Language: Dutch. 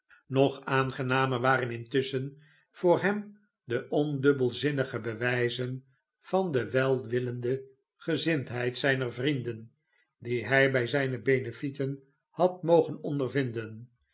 pond nogaangenamer waren intusschen voor hem de ondubbelzinnige bewijzen vandewelwillendegezindheid zijner vrienden die hij bij zijne benefieten had mogen ondervinden